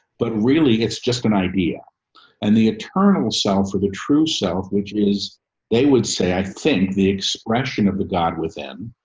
but really it's just an idea and the eternal self or the true self, which is they would say, i think the expression of the god with them,